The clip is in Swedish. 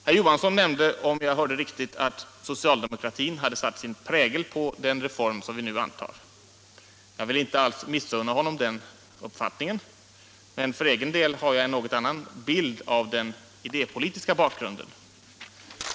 Herr Johansson i Trollhättan nämnde, om jag hörde riktigt, att socialdemokratin hade satt sin prägel på den reform som vi nu antar. Jag vill inte missunna honom den uppfattningen, men för egen del har jag en något annan bild av den idépolitiska bakgrunden.